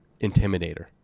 intimidator